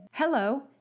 Hello